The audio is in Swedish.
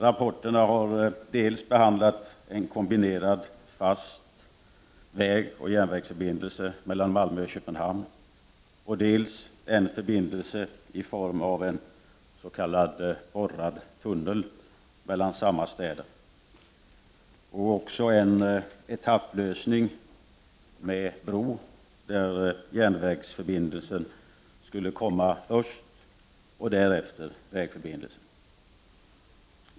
Rapporterna har berört dels en kombinerad fast vägoch järnvägsförbindelse mellan Malmö och Köpenhamn, dels en förbindelse i form av s.k. borrad tunnel mellan samma städer, dels också en etapplösning med en bro där en järnvägsförbindelse skulle komma först och därefter en vägförbindelse.